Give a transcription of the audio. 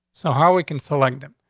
so how we can select them?